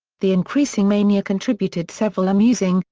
the increasing mania contributed several amusing,